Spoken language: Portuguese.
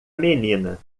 menina